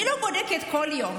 אני לא בודקת בכל יום